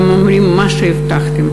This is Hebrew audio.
הם אומרים: מה שהבטחתם,